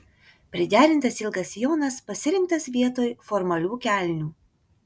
priderintas ilgas sijonas pasirinktas vietoj formalių kelnių